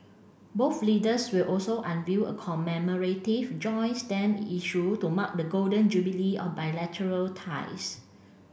both leaders will also unveil a commemorative joint stamp issue to mark the Golden Jubilee of bilateral ties